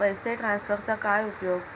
पैसे ट्रान्सफरचा काय उपयोग?